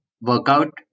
workout